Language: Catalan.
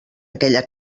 aquella